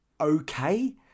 okay